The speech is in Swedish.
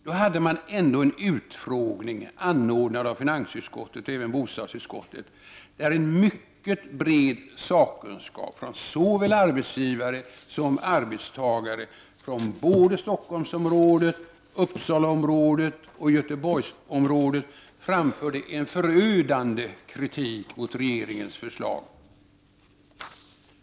Då hade man ändå en utfrågning, anordnad av finansutskottet och även bostadsutskottet, där en mycket bred sakkunskap från såväl arbetsgivare som arbetstagare från både Stockholmsområdet, Uppsalaområdet och Göteborgsområdet framförde en förödande kritik mot regeringens förslag.